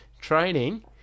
training